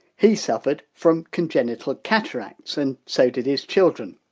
he suffered from congenital ah cataracts and so did his children.